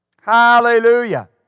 Hallelujah